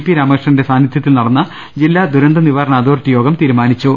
P രാമകൃഷ്ണന്റെ സാന്നിധ്യത്തിൽ നടന്ന ജില്ലാ ദുരന്ത നിവാരണ അതോറിറ്റി യോഗം തീരുമാനിച്ചു